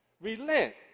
Relent